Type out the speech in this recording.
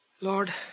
Lord